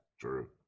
true